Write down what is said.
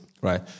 right